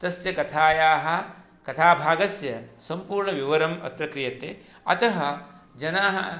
तस्य कथायाः कथाभागस्य सम्पूर्णविवरणम् अत्र क्रियते अतः जनाः